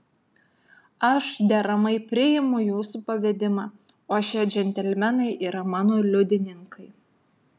aš deramai priimu jūsų pavedimą o šie džentelmenai yra mano liudininkai